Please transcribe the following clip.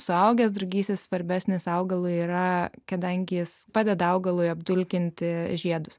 suaugęs drugys ir svarbesnis augalui yra kadangi jis padeda augalui apdulkinti žiedus